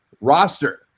roster